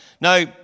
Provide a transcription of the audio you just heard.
Now